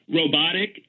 robotic